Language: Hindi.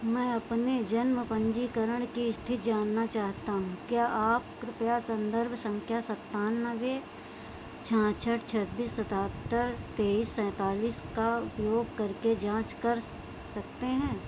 मैं अपने जन्म पंजीकरण की स्थिति जानना चाहता हूँ क्या आप कृपया संदर्भ संख्या सत्तानवे सड़सठ छब्बीस सतहत्तर तेईस सैंतालीस का उपयोग करके जाँच कर सकते हैं